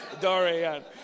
Dorian